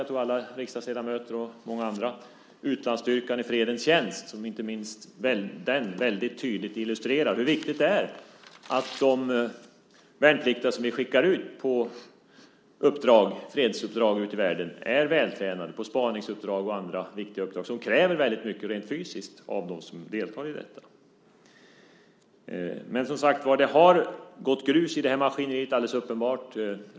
Jag tror att alla riksdagsledamöter och säkert många andra har fått den, den heter Utlandsstyrkan i fredens tjänst . Den illustrerar hur viktigt det är att de värnpliktiga som vi skickar ut på fredsuppdrag i världen är vältränade. Spaningsuppdrag och annat kräver mycket rent fysiskt av dem som deltar i detta. Det har som sagt alldeles uppenbart gått grus i maskineriet.